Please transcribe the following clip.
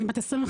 אני בת 25,